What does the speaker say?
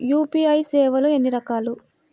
UPI సేవలు ఎన్నిరకాలు?